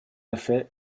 effet